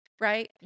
Right